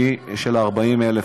של 40,000,